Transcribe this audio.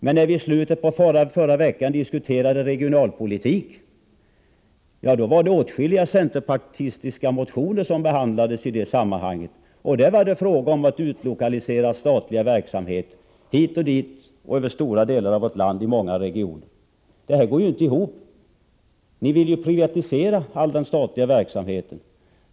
Men när vi i slutet av förra veckan diskuterade regionalpolitik hade vi att behandla åtskilliga centerpartistiska motioner där det var fråga om att utlokalisera statlig verksamhet hit och dit över stora delar av vårt land och till många regioner. Det går inte ihop. Ni vill ju privatisera all den statliga verksamheten!